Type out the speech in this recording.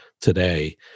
today